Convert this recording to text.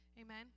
Amen